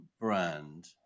brand